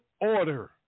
order